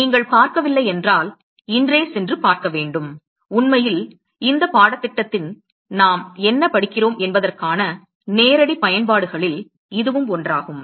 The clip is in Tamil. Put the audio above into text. நீங்கள் பார்க்கவில்லை என்றால் இன்றே சென்று பார்க்க வேண்டும் உண்மையில் இந்த பாடத்திட்டத்தில் நாம் என்ன படிக்கிறோம் என்பதற்கான நேரடி பயன்பாடுகளில் இதுவும் ஒன்றாகும்